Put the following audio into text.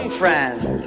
friend